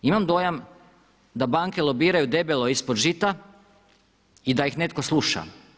Imam dojam da banke lobiraju debelo ispod žita i da ih netko sluša.